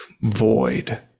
void